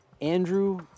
Andrew